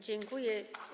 Dziękuję.